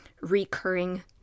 recurring